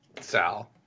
Sal